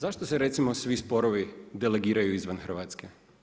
Zašto se recimo svi sporovi delegiraju izvan Hrvatske?